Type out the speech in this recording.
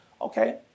Okay